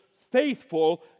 faithful